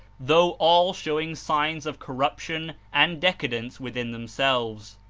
though all show ing signs of corruption and decadence within them selves.